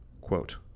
Quote